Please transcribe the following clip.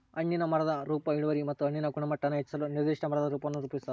ಹಣ್ಣಿನ ಮರದ ರೂಪ ಇಳುವರಿ ಮತ್ತು ಹಣ್ಣಿನ ಗುಣಮಟ್ಟಾನ ಹೆಚ್ಚಿಸಲು ನಿರ್ದಿಷ್ಟ ಮರದ ರೂಪವನ್ನು ರೂಪಿಸ್ತದ